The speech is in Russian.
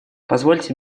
позвольте